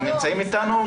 הם נמצאים איתנו?